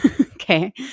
Okay